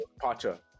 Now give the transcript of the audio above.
pacha